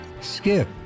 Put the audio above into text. Skip